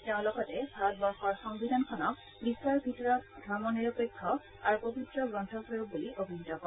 তেওঁ লগতে ভাৰতবৰ্ষৰ সংবিধানখনক বিশ্বৰ ভিতৰত ধৰ্ম নিৰপেক্ষ আৰু পবিত্ৰ গ্ৰন্থস্বৰূপ বুলি অভিহিত কৰে